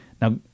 now